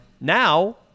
Now